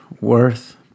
worth